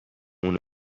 اونو